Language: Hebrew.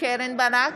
קרן ברק,